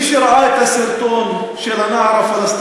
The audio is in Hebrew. באמת עכשיו, עורכת-דין סויד, מה מפריע